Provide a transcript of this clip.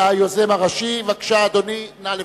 היוזם הראשי, בבקשה, אדוני, נא לברך.